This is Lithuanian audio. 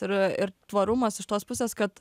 ir ir tvarumas iš tos pusės kad